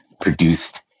produced